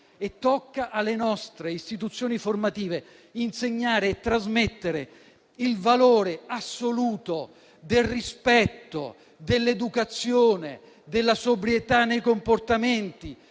E tocca alle nostre istituzioni formative insegnare e trasmettere il valore assoluto del rispetto, dell'educazione, della sobrietà nei comportamenti,